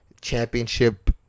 championship